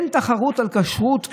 הם מעלים את כל החששות בכל הנושאים,